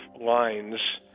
lines